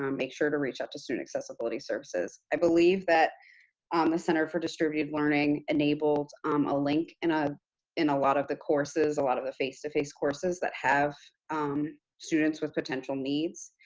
um make sure to reach out to student accessibility services. i believe that um the center for distributed learning enabled um a link in ah in a lot of the courses a lot of the face-to-face courses that have um students with potential needs,